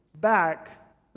Back